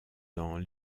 dans